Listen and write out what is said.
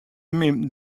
min